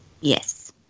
Yes